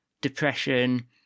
depression